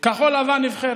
כחול לבן נבחרת,